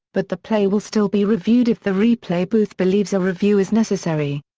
but the play will still be reviewed if the replay booth believes a review is necessary.